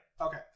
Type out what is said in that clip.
Okay